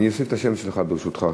אני אוסיף את השם שלך, ברשותך.